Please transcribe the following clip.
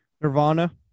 Nirvana